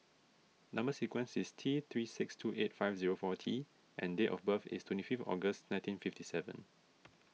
Number Sequence is T three six two eight five zero four T and date of birth is twenty fifth August nineteen fifty seven